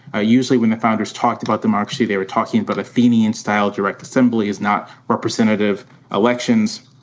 ah usually, when the founders talked about democracy, they were talking about athenian style direct assemblies, not representative elections.